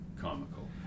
comical